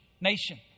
nation